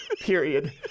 Period